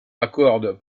accordent